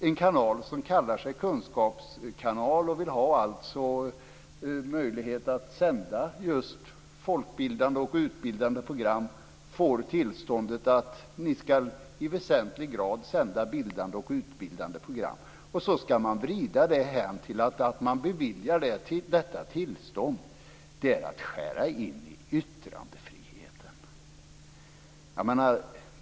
En kanal som kallar sig kunskapskanal och alltså vill ha möjlighet att sända just folkbildande och utbildande program får tillståndet att i väsentlig grad sända bildande och utbildande program. Då vrider ni det därhän, att när man beviljar detta tillstånd skär man i yttrandefriheten.